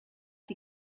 die